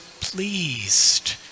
pleased